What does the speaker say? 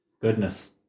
Goodness